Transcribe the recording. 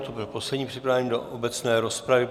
To byl poslední přihlášený do obecné rozpravy.